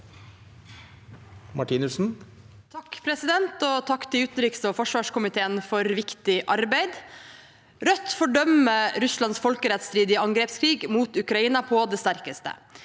(R) Takk til utenriks- og forsvarskomiteen for viktig arbeid. Rødt fordømmer Russlands folkerettsstridige angrepskrig mot Ukraina på det sterkeste.